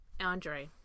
Andre